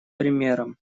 примером